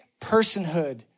personhood